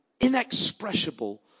inexpressible